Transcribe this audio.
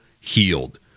healed